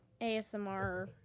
ASMR